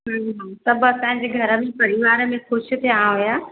सभु असांजे घर में परिवार में ख़ुशि थिया हुया